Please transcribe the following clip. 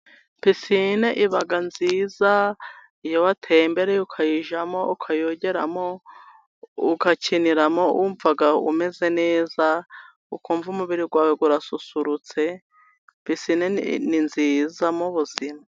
Pisine iba nziza iyo wateye imbere ukayijyamo ukayogeramo, ugakiniramo wumva umeze neza, ukumva umubiri wawe urasusurutse. Pisine nini ni nziza mu buzima.